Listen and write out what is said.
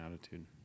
attitude